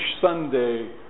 Sunday